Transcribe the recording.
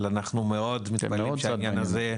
במו"מ עצמו